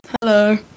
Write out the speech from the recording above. Hello